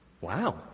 wow